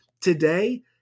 Today